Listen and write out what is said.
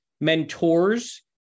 mentors